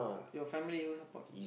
your family who support